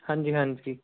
ਹਾਂਜੀ ਹਾਂਜੀ